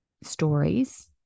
stories